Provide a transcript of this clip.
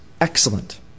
excellent